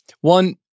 One